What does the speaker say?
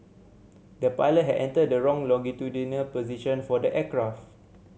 the pilot had entered the wrong longitudinal position for the aircraft